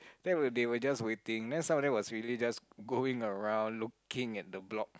that were they were just waiting then some of them was really just going around looking at the block